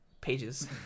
pages